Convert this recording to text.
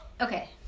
okay